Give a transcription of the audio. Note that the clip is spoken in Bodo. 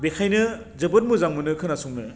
बेखायनो जोबोद मोजां मोनो खोनासंनो